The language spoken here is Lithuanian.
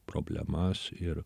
problemas ir